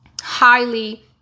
highly